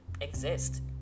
exist